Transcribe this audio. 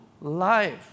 life